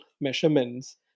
measurements